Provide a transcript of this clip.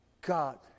God